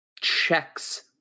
checks